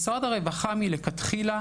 משרד הרווחה מלכתחילה,